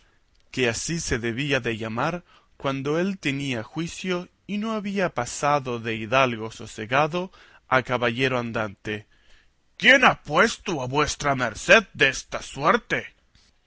que así se debía de llamar cuando él tenía juicio y no había pasado de hidalgo sosegado a caballero andante quién ha puesto a vuestra merced desta suerte